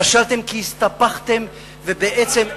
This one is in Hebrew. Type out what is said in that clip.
כשלתם, כי הסתפחתם, ובעצם,